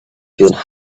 feeling